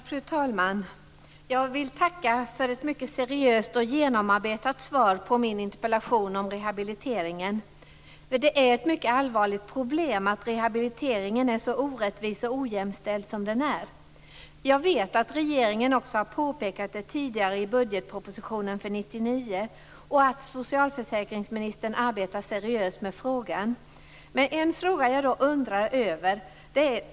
Fru talman! Jag vill tacka för ett mycket seriöst och genomarbetat svar på min interpellation om rehabiliteringen. Det är ett mycket allvarligt problem att rehabiliteringen är så orättvis och ojämställd. Jag vet att regeringen också påpekat det tidigare i budgetpropositionen för 1999 och att socialförsäkringsministern arbetar seriöst med frågan.